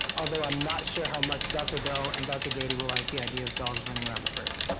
although i'm not sure how much dr. bell and dr. grady would like the idea of dogs running around the ferg.